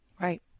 right